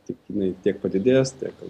tik jinai tiek padidės tiek